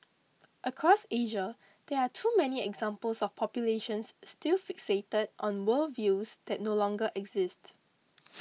across Asia there are too many examples of populations still fixated on worldviews that no longer exist